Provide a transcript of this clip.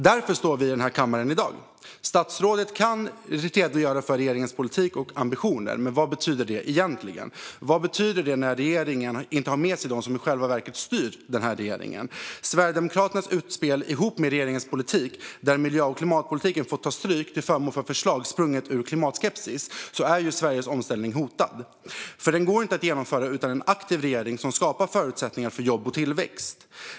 Därför står vi här i kammaren i dag. Statsrådet kan redogöra för regeringens politik och ambitioner. Men vad betyder det egentligen? Vad betyder det när regeringen inte har med sig dem som i själva verket styr regeringen? Sverigedemokraternas utspel ihop med regeringens politik, där miljö och klimatpolitiken får ta stryk till förmån för förslag sprungna ur klimatskepsis, gör att Sveriges omställning är hotad. Den går nämligen inte att genomföra utan en aktiv regering som skapar förutsättningar för jobb och tillväxt.